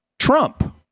Trump